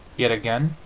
yet again,